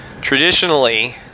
Traditionally